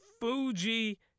Fuji